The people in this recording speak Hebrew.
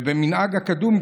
ובמנהג הקדום,